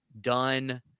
done –